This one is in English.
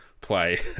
play